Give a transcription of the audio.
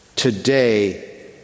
Today